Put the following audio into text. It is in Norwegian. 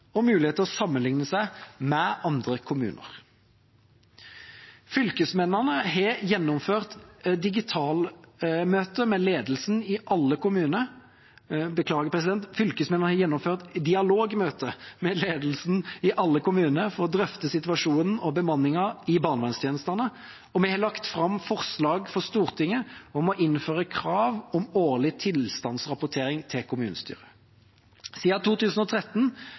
og mulighet til å sammenligne seg med andre kommuner. Fylkesmennene har gjennomført dialogmøter med ledelsen i alle kommuner for å drøfte situasjonen og bemanningen i barnevernstjenestene, og vi har lagt fram forslag for Stortinget om å innføre krav om årlig tilstandsrapportering til kommunestyret. Siden 2013